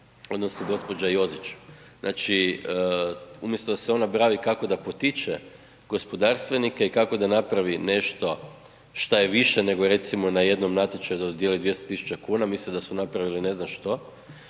odnosno gospođa Jozić. Znači, umjesto da se ona bavi kako da potiče gospodarstvenike i kako da napravi nešto šta je više nego na jednom natječaju dodijeliti 200.000 kuna, misle da su napravili ne znam što,